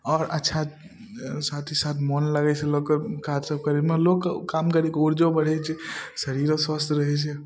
आओर अच्छा साथ ही साथ मोन लगै छै लोकके काज सब करैमे लोकके काम करैके उर्जो बढ़ै छै शरीरो स्वस्थ रहै छै